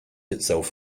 itself